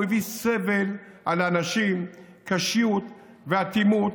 הוא הביא סבל על אנשים, קשיות ואטימות.